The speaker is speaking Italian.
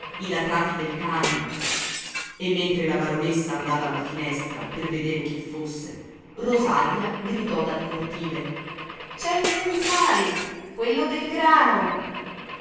i latrati del cane e mentre la baronessa andava alla finestra per vedere chi fosse rosaria gridò dal cortile c'è il sensale quello del grano